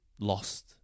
lost